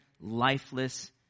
lifeless